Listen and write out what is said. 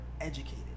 educated